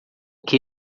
que